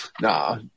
Nah